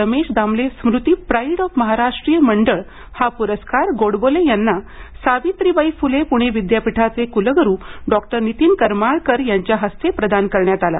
रमेश दामले स्मृती pride of Maharashtriya Mandal हा पुरस्कार गोडबोले यांना सावित्रीबाई फुले पुणे विद्यापीठाचे कुलग़रू डॉक्टर नीतीन करमळकर यांच्या हस्ते प्रदान करण्यात आला